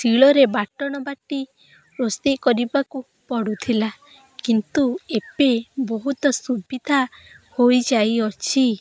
ଶିଳରେ ବାଟଣ ବାଟି ରୋଷେଇ କରିବାକୁ ପଡ଼ୁଥିଲା କିନ୍ତୁ ଏବେ ବହୁତ ସୁବିଧା ହୋଇଯାଇଅଛି